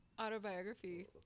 autobiography